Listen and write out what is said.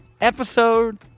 episode